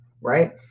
right